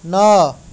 ନଅ